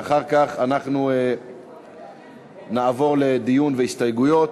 ואחר כך אנחנו נעבור לדיון בהסתייגויות.